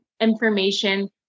information